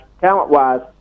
talent-wise